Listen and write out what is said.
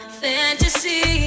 fantasy